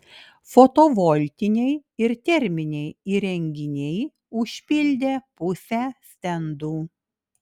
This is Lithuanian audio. fotovoltiniai ir terminiai įrenginiai užpildė pusę stendų